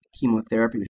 chemotherapy